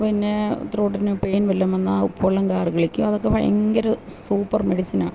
പിന്നെ ത്രോട്ടിനു പെയിൻ വല്ലതും വന്നാൽ ഉപ്പുവെള്ളം ഗാർഗിളിയ്ക്ക അതൊക്കെ ഭയങ്കര സൂപ്പർ മെഡിസിനാണ്